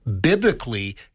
Biblically